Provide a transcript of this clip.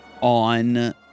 on